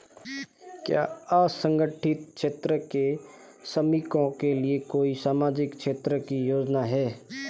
क्या असंगठित क्षेत्र के श्रमिकों के लिए कोई सामाजिक क्षेत्र की योजना है?